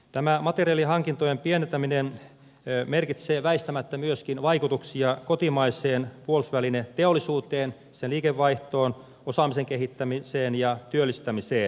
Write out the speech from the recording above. tämä materiaalihankintojen pienentäminen merkitsee väistämättä myöskin vaikutuksia kotimaiseen puolustusvälineteollisuuteen sen liikevaihtoon osaamisen kehittämiseen ja työllistämiseen